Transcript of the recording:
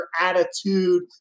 Attitude